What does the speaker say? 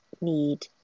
need